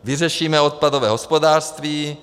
Vyřešíme odpadové hospodářství.